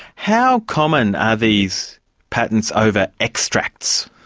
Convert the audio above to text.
how common are these patents over extracts?